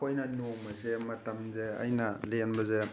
ꯑꯩꯈꯣꯏꯅ ꯅꯣꯡꯃꯁꯦ ꯃꯇꯝꯁꯦ ꯑꯩꯅ ꯂꯦꯟꯕꯁꯦ